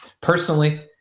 Personally